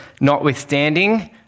notwithstanding